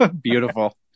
Beautiful